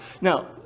Now